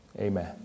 Amen